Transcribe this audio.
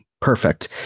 perfect